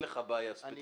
אין לך בעיה ספציפית.